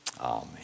Amen